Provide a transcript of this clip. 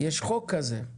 יש חוק כזה,